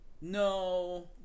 no